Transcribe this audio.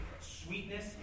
sweetness